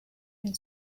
and